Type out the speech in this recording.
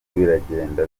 biragenda